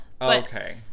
Okay